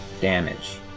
damage